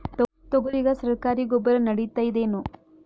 ತೊಗರಿಗ ಸರಕಾರಿ ಗೊಬ್ಬರ ನಡಿತೈದೇನು?